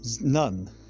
none